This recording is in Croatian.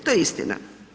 To je istina.